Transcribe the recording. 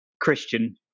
Christian